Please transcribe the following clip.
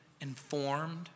informed